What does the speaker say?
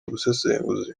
ubusesenguzi